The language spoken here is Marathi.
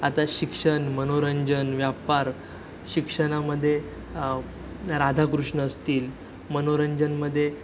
आता शिक्षण मनोरंजन व्यापार शिक्षणामध्ये राधाकृष्ण असतील मनोरंजनामध्ये